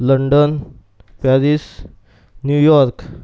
London Paris New York